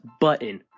button